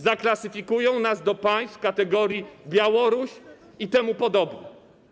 Zaklasyfikują nas do państw kategorii Białoruś i im podobne.